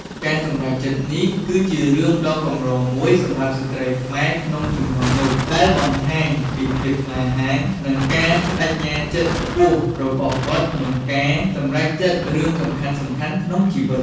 ការសម្រេចចិត្តនេះគឺជារឿងដ៏កម្រមួយសម្រាប់ស្ត្រីខ្មែរក្នុងជំនាន់នោះ ដែលបង្ហាញពីភាពក្លាហាន និងការប្ដេជ្ញាចិត្តខ្ពស់របស់គាត់ក្នុងការសម្រេចចិត្តរឿងសំខាន់ៗក្នុងជីវិត។